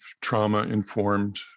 trauma-informed